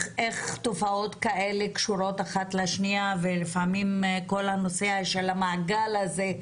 תופעות כאלה קשורות אחת לשנייה ולפעמים כל הנושא של המעגל הזה,